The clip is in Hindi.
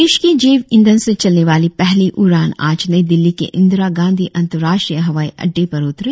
देश की जैव ईंधन से चलने वाली पहली उड़ान आज नई दिल्ली के इंदिरा गांधी अंतर्राष्ट्रीय हवाई अड़डे पर उतरी